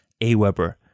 Aweber